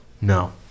No